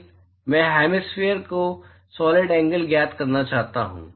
मैं हेमिस्फेयर का solid angle ज्ञात करना चाहता हूँ